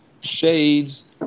shades